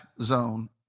Zone